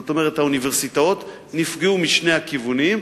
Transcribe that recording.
זאת אומרת, האוניברסיטאות נפגעו משני הכיוונים.